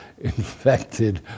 infected